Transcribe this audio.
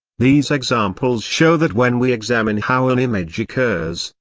these examples show that when we examine how an image occurs,